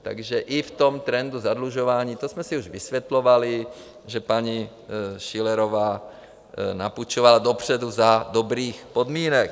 Takže i v tom trendu zadlužování to jsme si už vysvětlovali, že paní Schillerová napůjčovala dopředu za dobrých podmínek.